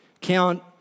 count